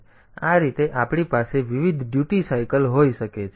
તેથી આ રીતે આપણી પાસે વિવિધ ફરજ ચક્ર હોઈ શકે છે